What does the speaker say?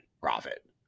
profit